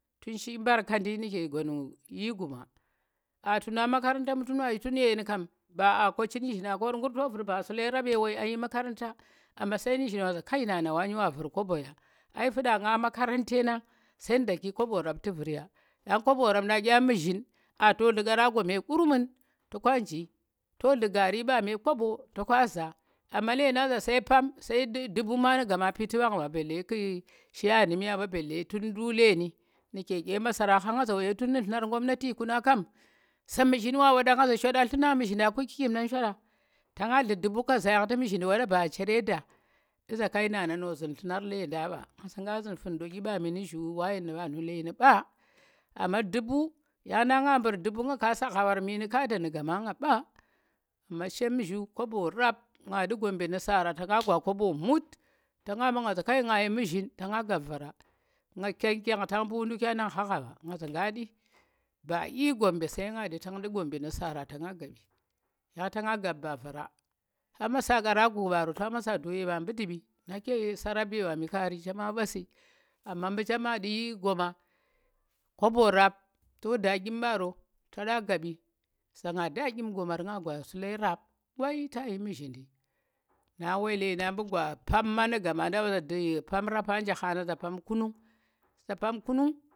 tu̱n shi mbarkandi nu̱ke gwanu yi goma a tu̱na makaranta mu tuna yi tu̱n ye yen ɗam ba a kochi nu̱zhinang kor ta vu̱r ba sule rap ye woi a yi makaranta amma sai nu̱zhin wa zu̱za kai nana wani wa vu̱r kobo ya ai fuɗa nga makaranta sai nu daki kobo rap tu̱ vu̱r ya, yang kobo rap ndu̱nang ɗya mu̱zhin a to nllu̱, karago me gurmun to ka njii to nllu̱ gari ɓa me koba ta ka zaa. amma ledang za sai pam sai, du̱bu̱ ma nu̱ gama piti mɓangɓa belle tnu nduk leeni nuke dye masara khan nang za wade tun nu llunarang gomnati kuna kam za muzhin wa waɗa, tu na nllu̱na mu̱zhi nda ku kikimndan shoɗa? ta nga nlu̱ du̱pu̱ kaza tu̱u̱ mu̱zhin waɗa ba chere da, iza kai nana no zu̱n nllu̱nar lendang ɓa, nga za ka zu̱n fu̱na? ɗyi ɓami nu̱ zu̱u̱ wayen nu̱ wanu̱ leeni ɓa, amma du̱du̱ yang ngha ɓu̱r du̱pu̱ nga sagha war meni kada nu̱ gama nga mba, amma chem zu̱u̱ kobo rap nga ɓu Gombe nu̱ sara ta nga gwa kobo mut, ta nga ɓa ngoza kai nga yi mu̱zhin ta nga gab vara, nga keng keng tang mɓu ndu̱kwa nang khaghaɓa nga za ka nɗu̱ ba yi Gombe sai nga nɗu̱ Gombe nu̱ sara ta na gaɓi, yang ta nga gab ba vara ta masa karago ɓaro ta masa doye mɓa mɓu ndumɓi nake sarabe wami kaari chema mba su̱ amma mbu̱ chema nɗu goma kobo rap to da ɗyin ɓaro to nda gabɓ za nga da ɗyim gomar nga gwa sule rap wao ta yi mu̱zhindi na woi ledang mu gwa pam mo nu̱ gama nda ɓa za pam rapa nje khanda za pam kunung, za pam kunung?.